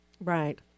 Right